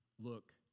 Look